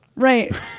Right